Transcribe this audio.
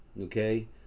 okay